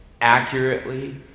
accurately